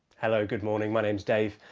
hello, good morning. my name is dave,